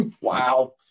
Wow